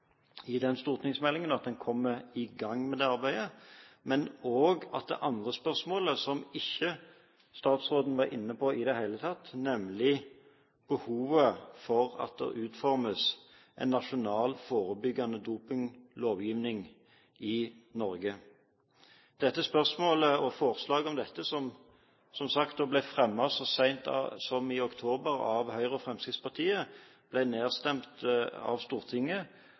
i den stortingsmeldingen, og at man kommer i gang med det arbeidet, men også det andre spørsmålet, som statsråden ikke var inne på i det hele tatt, nemlig om behovet for at det utformes en nasjonal, forebyggende dopinglovgivning i Norge. Forslag om dette, som – som sagt – ble fremmet så sent som i oktober av Høyre og Fremskrittspartiet, ble nedstemt av Stortinget,